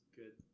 good